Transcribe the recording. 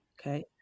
Okay